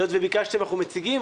היות וביקשתם אנחנו מציגים,